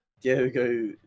Diogo